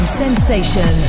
Sensation